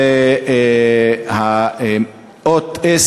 האות S